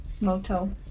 Moto